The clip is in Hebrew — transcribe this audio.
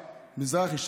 מזרחי,